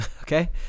Okay